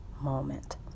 moment